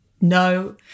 no